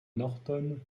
norton